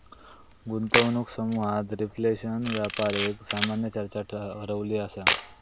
गुंतवणूक समुहात रिफ्लेशन व्यापार एक सामान्य चर्चा रवली असा